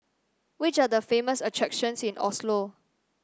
which are the famous attractions in Oslo